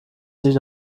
sich